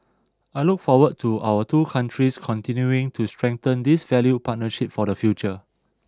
I look forward to our two countries continuing to strengthen this valued partnership for the future